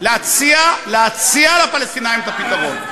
להציע לפלסטינים את הפתרון,